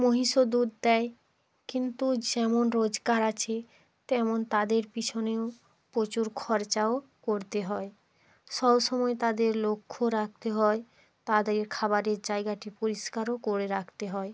মহিষও দুধ দেয় কিন্তু যেমন রোজগার আছে তেমন তাদের পিছনেও প্রচুর খরচাও করতে হয় সব সময় তাদের লক্ষ রাখতে হয় তাদের খাবারের জায়গাটি পরিষ্কারও করে রাখতে হয়